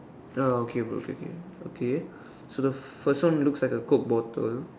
ah okay bro okay okay okay so the first one looks like a coke bottle